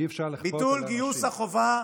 אי-אפשר לכפות על אנשים,